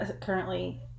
currently